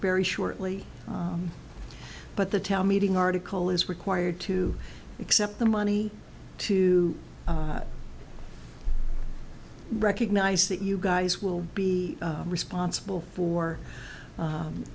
very shortly but the town meeting article is required to accept the money too recognize that you guys will be responsible for